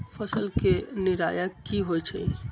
फसल के निराया की होइ छई?